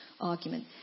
argument